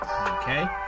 Okay